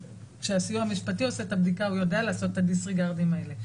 כשהסיוע המשפטי עושה את הבדיקה הוא יודע לעשות את הדיסריגרדים האלה,